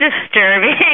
disturbing